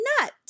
Nut